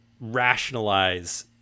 rationalize